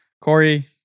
Corey